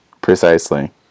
Precisely